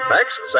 Next